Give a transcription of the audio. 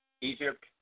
Egypt